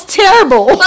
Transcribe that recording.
terrible